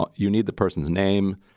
um you need the person's name,